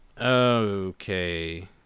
Okay